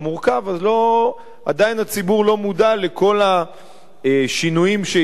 אז עדיין הציבור לא מודע לכל השינויים שיש בו,